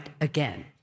again